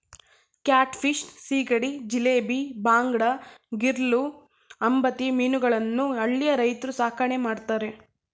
cat fish, ಸೀಗಡಿ, ಜಿಲೇಬಿ, ಬಾಂಗಡಾ, ಗಿರ್ಲೂ, ಅಂಬತಿ ಮೀನುಗಳನ್ನು ಹಳ್ಳಿಯ ರೈತ್ರು ಸಾಕಣೆ ಮಾಡ್ತರೆ